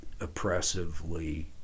oppressively